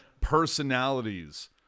personalities